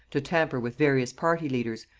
to tamper with various party-leaders,